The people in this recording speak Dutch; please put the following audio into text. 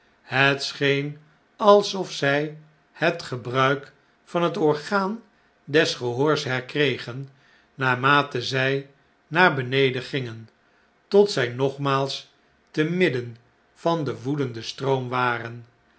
het scheen alsof zij het gebruik van het orgaan des gehoors herkregen naarmate zjj naar beneden gingen tot zjj nogmaals te midden van den woedenden stroom waren